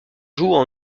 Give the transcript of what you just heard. jouent